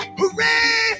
hooray